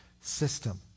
system